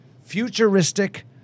futuristic